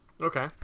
okay